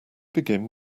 begin